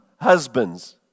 husbands